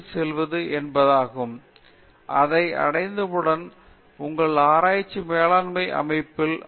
பேராசிரியர் உஷா மோகன் அதை அடைந்தவுடன் உங்கள் ஆராய்ச்சி மேலாண்மை அமைப்பில் அர்த்தமுள்ளதாகிறது